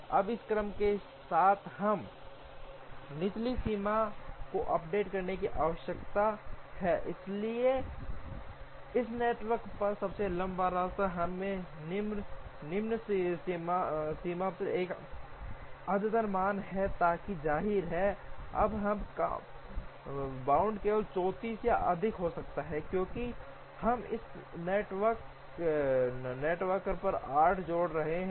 अब इस क्रम के साथ हमें अब निचली सीमा को अपडेट करने की आवश्यकता है इसलिए इस नेटवर्क पर सबसे लंबा रास्ता हमें निम्न सीमा का एक अद्यतन मान देगा ताकि जाहिर है अब कम बाउंड केवल 34 या अधिक हो सकता है क्योंकि हम इस नेटवर्क पर आर्क जोड़ रहे हैं